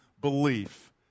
belief